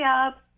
up